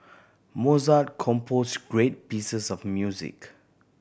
Mozart composed great pieces of music